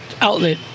outlet